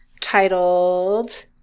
titled